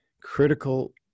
critical